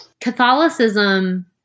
Catholicism